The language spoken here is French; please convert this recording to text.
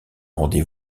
rendez